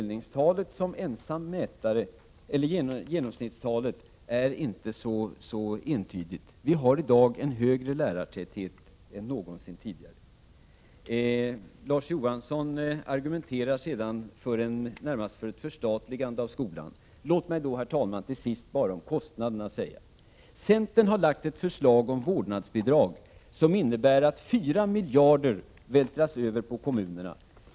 Delningstalet, eller genomsnittstalet, är som ensam mätare inte särskilt entydigt. Vi har i dag en större lärartäthet än någonsin tidigare. Larz Johansson argumenterar sedan närmast för ett förstatligande av skolan. Låt mig, herr talman, till sist bara säga några ord om kostnaderna. Centern har lagt fram ett förslag om vårdnadsbidrag, som innebär att fyra miljarder vältras över till kommunerna.